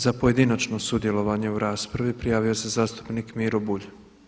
Za pojedinačno sudjelovanje u raspravi prijavio se zastupnik Miro Bulj.